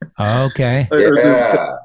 Okay